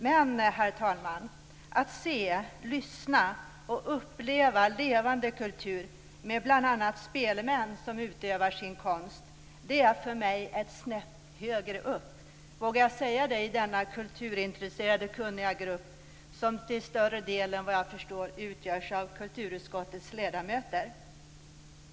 Men, herr talman, att se, lyssna och uppleva levande kultur med bl.a. spelemän som utövar sin konst är för mig ett snäpp högre. Vågar jag säga det i denna kulturintresserade kunniga grupp, som till större delen, vad jag förstår, utgörs av kulturutskottets ledamöter?